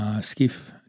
Skiff